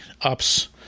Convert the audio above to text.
ups